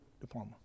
diploma